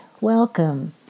welcome